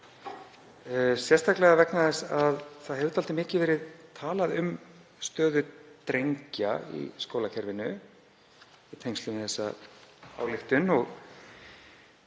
sérstaklega vegna þess að það hefur dálítið mikið verið talað um stöðu drengja í skólakerfinu í tengslum við þessa ályktun og